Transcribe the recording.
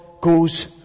goes